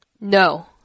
No